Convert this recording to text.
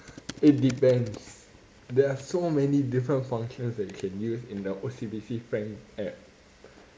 it depends there are so many different functions that you can use in the O_C_B_C frank app